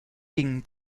gingen